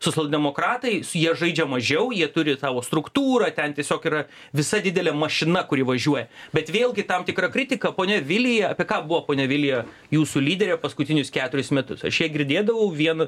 socialdemokratai su ja žaidžia mažiau jie turi savo struktūrą ten tiesiog yra visa didelė mašina kuri važiuoja bet vėlgi tam tikra kritika ponia vilija apie ką buvo ponia vilija jūsų lyderė paskutinius keturis metus aš ją girdėdavau vien